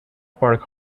park